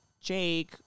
Jake